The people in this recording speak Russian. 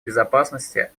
безопасности